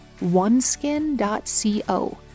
oneskin.co